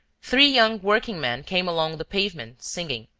three young workingmen came along the pavement singing,